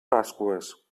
pasqües